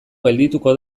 geldituko